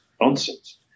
nonsense